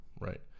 right